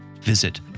visit